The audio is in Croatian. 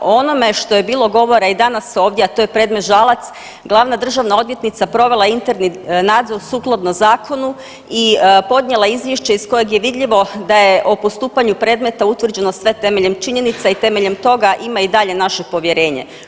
O onome što je bilo govora ni danas ovdje, a to je predmet Žalac, glavna državna odvjetnica provela je interni nadzor sukladno zakonu i podnijela izvješće iz kojeg je vidljivo da je o postupanju predmeta utvrđeno sve temeljem činjenica i temeljem toga ima i dalje naše povjerenje.